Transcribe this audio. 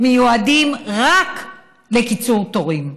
שמיועדים רק לקיצור תורים.